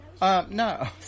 No